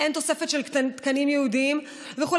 אין תוספת של תקנים ייעודיים וכו'.